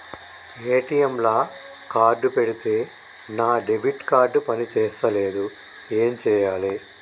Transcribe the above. ATM లా card పెడితే నా డెబిట్ కార్డ్ పని చేస్తలేదు ఏం చేయాలే?